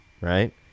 right